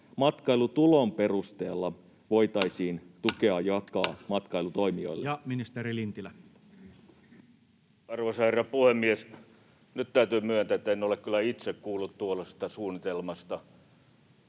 matkailutulon perusteella voitaisiin jakaa tukea matkailutoimijoille? Ja ministeri Lintilä. Arvoisa herra puhemies! Nyt täytyy myöntää, että en ole kyllä itse kuullut tuollaisesta suunnitelmasta,